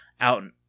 out